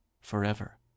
forever